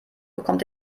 bekommt